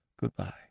Goodbye